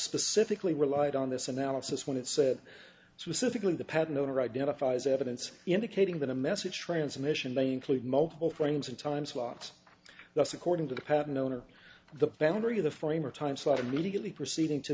specifically relied on this analysis when it said specifically the patent owner identifies evidence indicating that a message transmission may include multiple frames in time slots that's according to the patent owner the boundary of the framer time slot immediately preceding to